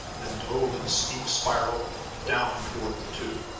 then dove in a steep spiral down toward the two.